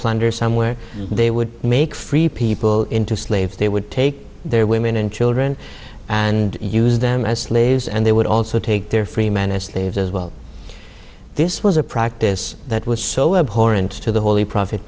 plunder somewhere they would make free people into slaves they would take their women and children and use them as slaves and they would also take their free man as slaves as well this was a practice that was so abhorrent to the holy pro